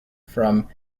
from